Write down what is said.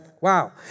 Wow